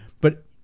but-